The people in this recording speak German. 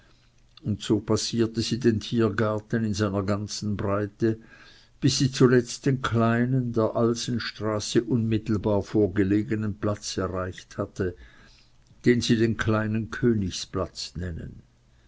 und so passierte sie den tiergarten in seiner ganzen breite bis sie zuletzt den kleinen der alsenstraße unmittelbar vorgelegenen platz erreicht hatte den sie den kleinen königsplatz nennen